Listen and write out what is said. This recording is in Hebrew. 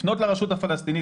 לפנות לרשות הפלסטינית,